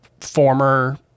former